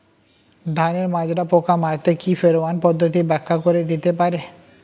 ধানের মাজরা পোকা মারতে কি ফেরোয়ান পদ্ধতি ব্যাখ্যা করে দিতে পারে?